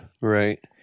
Right